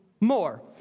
more